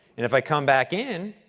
if i come back in,